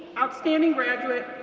outstanding graduate,